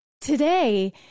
today